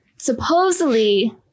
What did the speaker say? Supposedly